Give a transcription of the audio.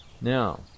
now